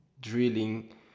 drilling